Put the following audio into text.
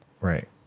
Right